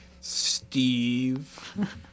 Steve